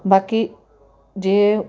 ਬਾਕੀ ਜੇ